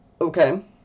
Okay